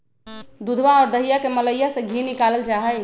दूधवा और दहीया के मलईया से धी निकाल्ल जाहई